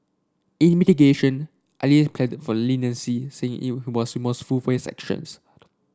in mitigation Ali pleaded for leniency saying he was remorseful for sections